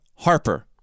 Harper